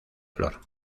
flor